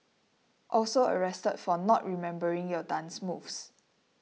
also arrested for not remembering your dance moves